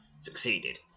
Succeeded